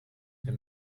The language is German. der